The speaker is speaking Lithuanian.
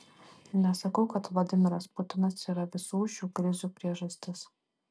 nesakau kad vladimiras putinas yra visų šių krizių priežastis